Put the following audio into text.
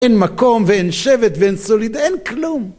אין מקום ואין שבט ואין סוליד... אין כלום!